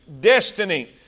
destiny